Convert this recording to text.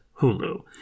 Hulu